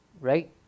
right